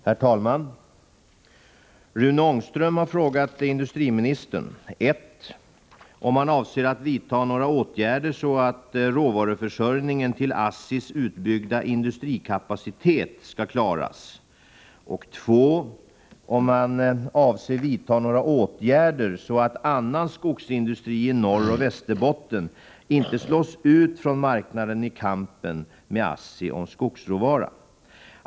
Herr talman! Rune Ångström har frågat industriministern 1. om han avser att vidta några åtgärder så att råvaruförsörjningen till ASST:s utbyggda industrikapacitet skall klaras och 2. om han avser vidta några åtgärder så att annan skogsindustri i Norrbotten och Västerbotten inte slås ut från marknaden i kampen med ASSI om skogsråvara.